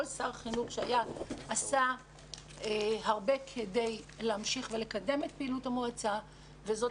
כל שר חינוך שהיה עשה הרבה כדי להמשיך ולקדם את פעילות המועצה וזאת